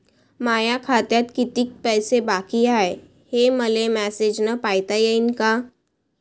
माया खात्यात कितीक पैसे बाकी हाय, हे मले मॅसेजन पायता येईन का?